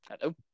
Hello